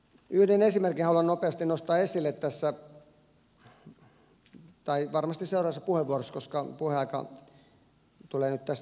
yhden esimerkin haluan nopeasti nostaa esille tässä tai varmasti seuraavassa puheenvuorossa koska puheaika tulee nyt tässä täyteen